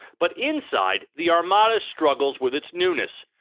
but inside, the armada struggles with its newness,